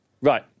Right